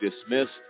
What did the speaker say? dismissed